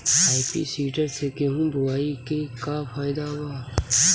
Happy seeder से गेहूं बोआई के का फायदा बा?